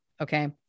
Okay